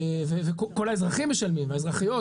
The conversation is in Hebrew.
וכל האזרחים והאזרחיות משלמים,